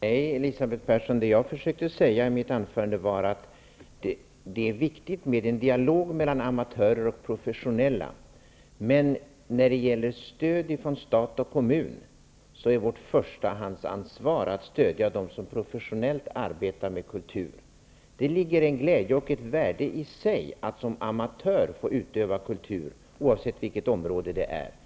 Herr talman! Nej, Elisabeth Persson. Vad jag försökte säga i mitt huvudanförande är att det är viktigt med en dialog mellan amatörer och professionella. Men när det gäller stöd från stat och kommun är det vårt förstahandsansvar att stödja dem som professionellt arbetar med kultur. Det finns en glädje och ett värde i sig i att som amatör få utöva kultur, oavsett vilket område det rör sig om.